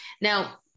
Now